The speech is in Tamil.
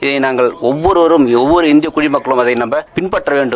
இனி நாங்கள் ஒவ்வொருவரும் ஒவ்வொரு இந்திய குடிமக்களும் பின்பற்ற வேண்டும்